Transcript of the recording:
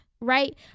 right